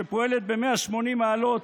שפועלת ב-180 מעלות,